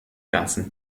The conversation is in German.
ganzen